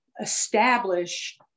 establish